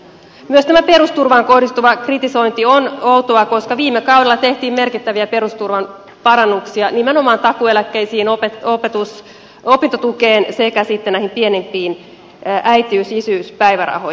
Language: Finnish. myös tämä perusturvaan kohdistuva kritisointi on outoa koska viime kaudella tehtiin merkittäviä perusturvan parannuksia nimenomaan takuueläkkeisiin opintotukeen sekä sitten näihin pienimpiin äitiys isyyspäivärahoihin